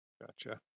Gotcha